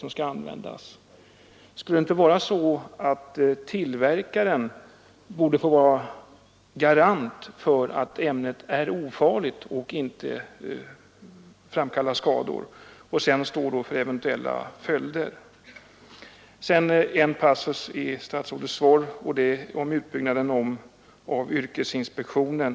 Borde inte tillverkaren få garantera att ämnet är ofarligt och inte framkallar skador och sedan stå för eventuella följder? Sedan några ord om den passus i statsrådets svar som gäller utbyggnaden av yrkesinspektionen.